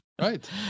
Right